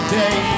day